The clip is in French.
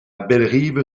bellerive